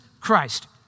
Christ